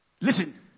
Listen